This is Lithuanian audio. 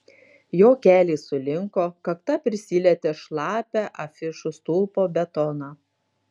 jo keliai sulinko kakta prisilietė šlapią afišų stulpo betoną